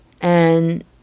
and